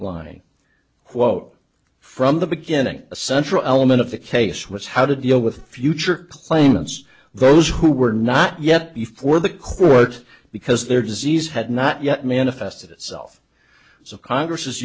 line quote from the beginning a central element of the case was how to deal with future claimants those who were not yet before the court because their disease had not yet manifested itself as of congress is